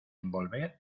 envolver